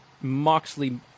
Moxley